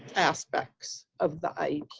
aspects of the iep